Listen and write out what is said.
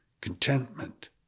contentment